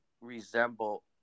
resemble